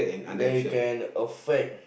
they can affect